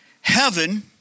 heaven